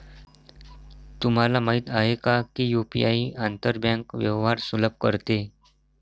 तुम्हाला माहित आहे का की यु.पी.आई आंतर बँक व्यवहार सुलभ करते?